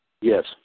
Yes